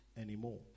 anymore